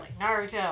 Naruto